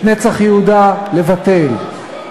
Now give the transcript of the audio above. את "נצח יהודה" לבטל.